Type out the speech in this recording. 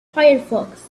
firefox